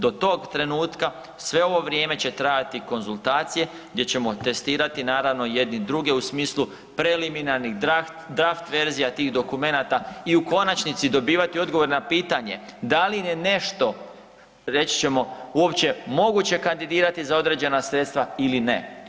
Do tog trenutka sve ovo vrijeme će trajati konzultacije gdje ćemo testirati naravno jedni druge u smislu preliminarnih draft verzija tih dokumenata i u konačnici, dobivati odgovore na pitanje da li je nešto reći ćemo, uopće moguće kandidirati za određena sredstva ili ne.